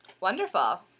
wonderful